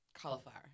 cauliflower